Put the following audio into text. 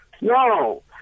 No